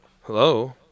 Hello